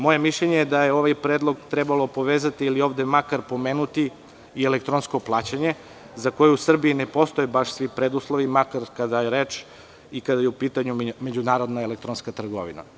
Moje mišljenje je da je ovaj predlog trebalo povezati, ili ovde makar pomenuti elektronsko plaćanje, za koje u Srbiji ne postoje baš svi preduslovi, makar kada je u pitanju međunarodna elektronska trgovina.